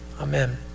Amen